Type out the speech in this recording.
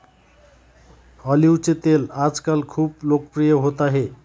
ऑलिव्हचे तेल आजकाल खूप लोकप्रिय होत आहे